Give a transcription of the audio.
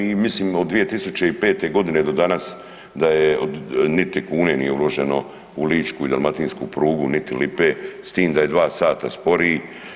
I mislim od 2005. godine do danas niti kune nije uloženo u ličku i dalmatinsku prugu, niti lipe, s tim da je 2 sata sporiji.